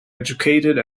educated